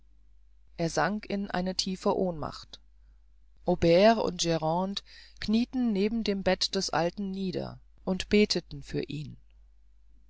er sank in eine tiefe ohnmacht aubert und grande knieten neben dem bett des alten nieder und beteten für ihn